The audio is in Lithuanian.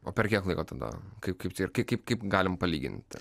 o per kiek laiko tada kai kaip ir kaip kaip galim palyginti